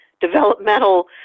developmental